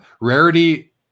rarity